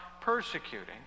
persecuting